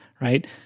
right